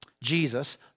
Jesus